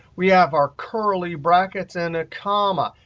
we have our curly brackets and a comma.